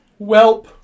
Welp